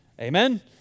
Amen